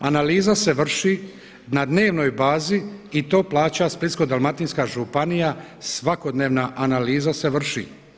Analiza se vrši na dnevnoj bazi i to plaća Splitsko-dalmatinska županija svakodnevna analiza se vrši.